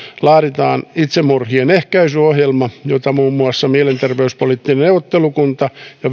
laaditaan itsemurhien ehkäisyohjelma jota muun muassa mielenterveyspoliittinen neuvottelukunta ja